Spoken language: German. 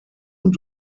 und